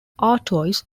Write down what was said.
artois